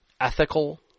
ethical